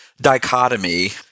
dichotomy